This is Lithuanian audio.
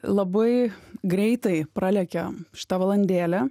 labai greitai pralekė šita valandėlė